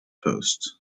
post